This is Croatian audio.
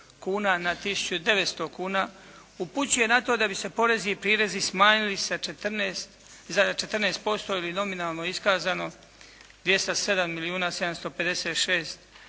900 kuna upućuje na to da bi se porezi i prirezi smanjili sa 14% ili nominalno iskazano 207